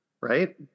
right